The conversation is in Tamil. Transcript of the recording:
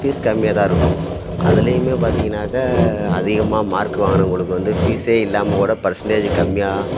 ஃபீஸ் கம்மியாகதான் இருக்கும் அதுலையுமே பார்த்தீங்கனாக்க அதிகமாக மார்க் வாங்கினவங்களுக்கு வந்து ஃபீஸே இல்லாமல் கூட பர்சன்டேஜ் கம்மியாக